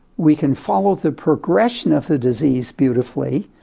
we can follow the progression of the disease beautifully.